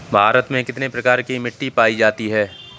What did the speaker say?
भारत में कितने प्रकार की मिट्टी पायी जाती है?